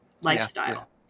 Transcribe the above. lifestyle